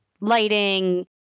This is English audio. lighting